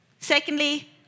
Secondly